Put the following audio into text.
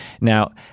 Now